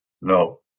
No